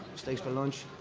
steaks for lunch,